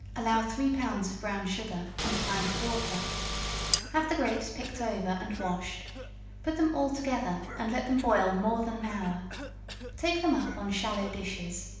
allow three pounds of brown sugar, and a pint of water have the grapes picked over and washed put them all together and let them boil more than an hour take them up on shallow dishes,